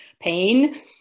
pain